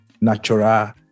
natural